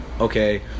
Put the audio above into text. okay